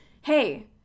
hey